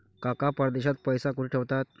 काका परदेशात पैसा कुठे ठेवतात?